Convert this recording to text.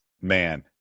man